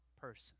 person